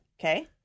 Okay